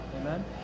Amen